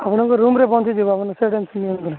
ଆପଣଙ୍କ ରୁମ୍ ରେ ପହଞ୍ଚିଯିବ ଆପଣ ସେ ଟେନସନ୍ ନିଅନ୍ତୁ ନାହିଁ